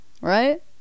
right